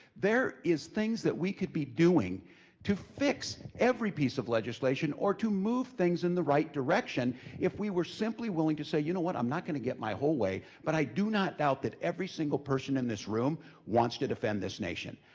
there is things that we could be doing to fix every piece of legislation or to move things in the right direction if we were simply willing to say y'know you know what? i'm not gonna get my whole way, but i do not doubt that every single person in this room wants to defend this nation.